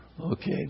Okay